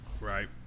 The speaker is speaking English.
right